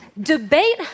debate